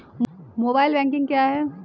Mobile banking क्या है?